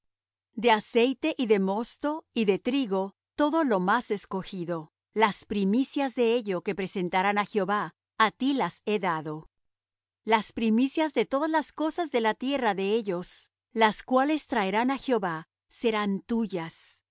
de aceite y de mosto y de trigo todo lo más escogido las primicias de ello que presentarán á jehová á ti las he dado las primicias de todas las cosas de la tierra de ellos las cuales traerán á jehová serán tuyas